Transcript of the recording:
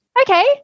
okay